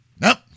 Nope